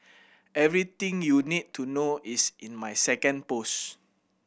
everything you need to know is in my second post